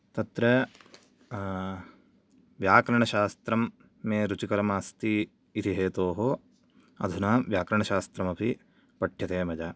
तत्र व्याकरणशास्त्रं मे रुचिकरम् आस्ति इति हेतोः अधुना व्याकरणशास्त्रमपि पठ्यते मया